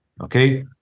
Okay